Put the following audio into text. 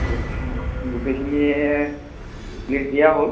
গ গোটেইখিনি লিষ্ট দিয়া হ'ল